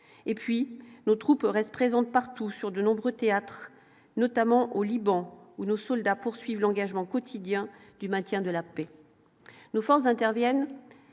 et puis nos troupes restent présentes partout, sur de nombreux théâtres, notamment au Liban, où nos soldats poursuivent l'engagement quotidien du maintien de la paix, nos forces interviennent